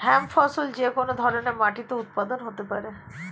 hemp ফসল যে কোন ধরনের মাটিতে উৎপাদন হতে পারে